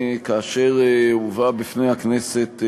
כאשר הובאה בפני הכנסת,